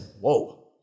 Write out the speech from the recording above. whoa